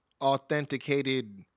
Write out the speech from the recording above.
authenticated